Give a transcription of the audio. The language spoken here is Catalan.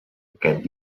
aquest